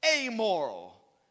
amoral